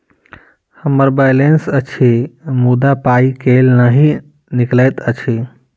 हम्मर बैलेंस अछि मुदा पाई केल नहि निकलैत अछि?